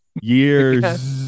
years